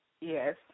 Yes